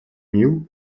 нил